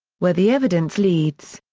where the evidence leads.